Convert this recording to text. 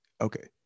okay